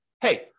hey